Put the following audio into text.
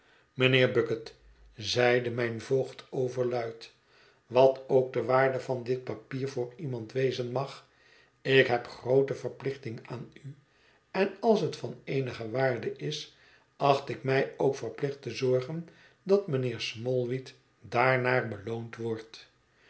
mijnheer bucket zeide mijn voogd o verluid wat ook de waarde van dit papier voor iemand wezen mag ik heb groote verplichting aan u en als het van eenige waarde is acht ik mij ook verplicht te zorgen dat mijnheer smallweed daarnaar beloond wordt